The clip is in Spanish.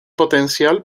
potencial